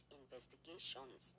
investigations